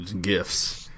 Gifts